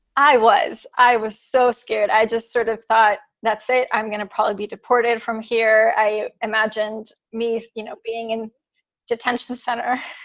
i was. i was so scared. i just sort of thought, that's it. i'm going to probably be deported from here. i imagined me, you know, being in detention center